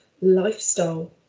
lifestyle